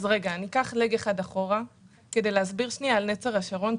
אלך צעד אחד אחורה כדי להסביר על נצר השרון.